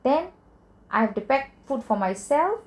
then I have to pack food for myself